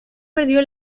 perdió